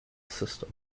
system